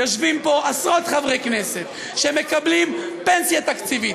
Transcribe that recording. יושבים פה עשרות חברי כנסת שמקבלים פנסיה תקציבית,